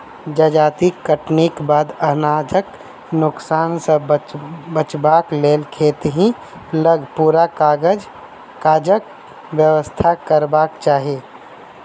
जजाति कटनीक बाद अनाजक नोकसान सॅ बचबाक लेल खेतहि लग पूरा काजक व्यवस्था करबाक चाही